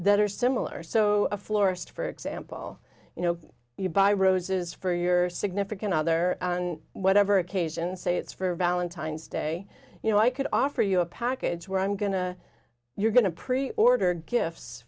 that are similar so a florist for example you know you buy roses for your significant other and whatever occasions say it's for valentine's day you know i could offer you a package where i'm going to you're going to pre order gifts